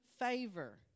favor